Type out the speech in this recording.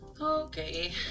Okay